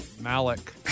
Malik